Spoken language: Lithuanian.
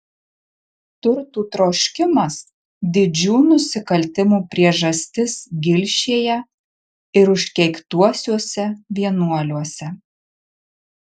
turtų troškimas didžių nusikaltimų priežastis gilšėje ir užkeiktuosiuose vienuoliuose